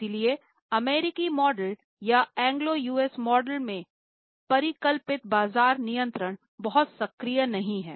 इसलिए अमेरिकी मॉडल या एंग्लो यूएस मॉडल में परिकल्पित बाजार नियंत्रण बहुत सक्रिय नहीं है